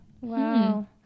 wow